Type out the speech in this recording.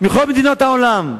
מכל מדינות העולם.